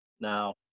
now